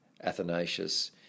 Athanasius